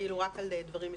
הוא רק על דברים מסוימים.